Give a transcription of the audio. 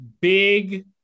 big